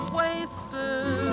wasted